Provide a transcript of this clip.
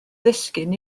ddisgyn